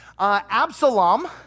Absalom